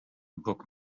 book